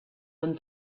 and